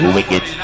Wicked